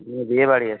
হুম বিয়ে বাড়ি আছে